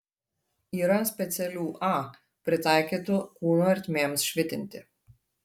yra specialių a pritaikytų kūno ertmėms švitinti